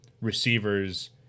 receivers